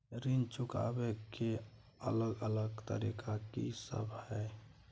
ऋण चुकाबय के अलग अलग तरीका की सब हय?